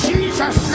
Jesus